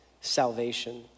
salvation